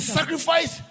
sacrifice